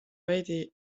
veidi